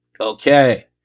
Okay